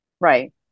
Right